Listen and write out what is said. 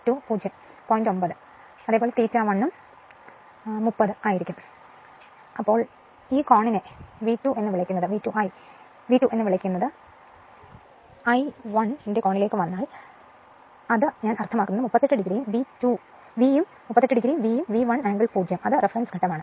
9ഉം ∅1 ഉം 30 ആയിരിക്കും അല്ലെങ്കിൽ ആ കോണിനെ V2 എന്ന് വിളിക്കുന്നത് I1 ന്റെ കോണിലേക്ക് വന്നാൽ ഞാൻ അർത്ഥമാക്കുന്നത് 38 degree ഉം V ഉം V 1 angle 0 അത് റഫറൻസ് ഘട്ടമാണ്